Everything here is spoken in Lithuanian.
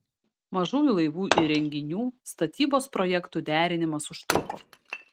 mažųjų laivų įrenginių statybos projektų derinimas užtruko